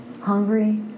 Hungry